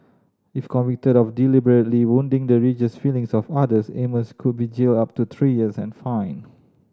if convicted of deliberately wounding the religious feelings of others Amos could be jailed up to three years and fined